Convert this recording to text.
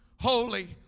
holy